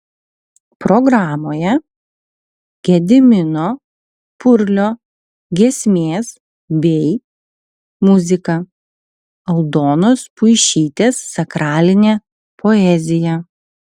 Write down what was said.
programoje gedimino purlio giesmės bei muzika aldonos puišytės sakralinė poezija